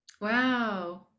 wow